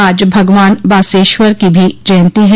आज भगवान बासवेश्वर की भी जयंती है